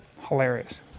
Hilarious